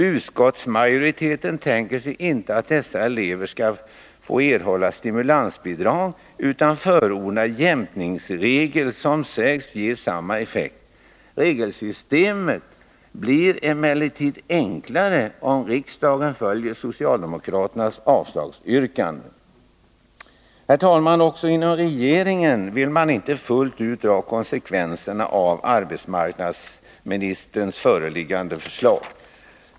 Utskottsmajoriteten tänker sig inte att dessa elever skall få behålla stimulansbidraget utan förordar en jämkningsregel som sägs ge samma effekt. Regelsystemet blir emellertid enklare om riksdagen följer socialdemokraternas avslagsyrkande. Herr talman! Inte heller inom regeringen vill man fullt ut dra konsekvenserna av arbetsmarknadsministerns föreliggande förslag.